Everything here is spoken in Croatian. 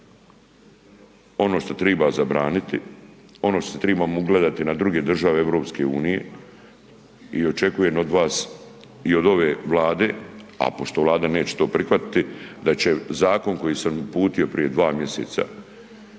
ono što treba zabraniti, ono štose trebamo ugledati na druge države EU-a i očekujem od vas i od ove Vlade a pošto Vlada neće to prihvatiti, da će zakon koji sam uputio prije 2 mj.,